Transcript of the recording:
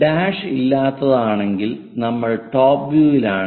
' ഇല്ലാത്തതാണെങ്കിൽ നമ്മൾ top view യിലാണ്